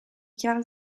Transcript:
karl